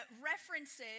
references